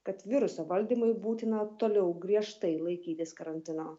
kad viruso valdymui būtina toliau griežtai laikytis karantino